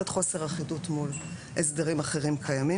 חוסר אחידות מול הסדרים אחרים קיימים.